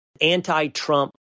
Anti-Trump